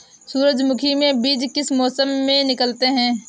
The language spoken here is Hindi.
सूरजमुखी में बीज किस मौसम में निकलते हैं?